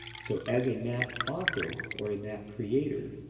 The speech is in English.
so, as a map autho r or a map creator,